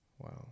Wow